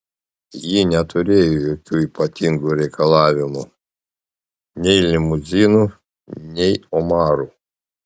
ji neturėjo jokių ypatingų reikalavimų nei limuzinų nei omarų